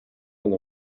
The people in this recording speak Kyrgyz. гана